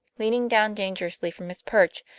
leaning down dangerously from his perch,